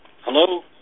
Hello